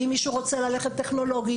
ואם מישהו רוצה ללכת טכנולוגיה,